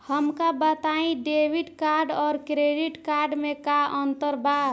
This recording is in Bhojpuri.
हमका बताई डेबिट कार्ड और क्रेडिट कार्ड में का अंतर बा?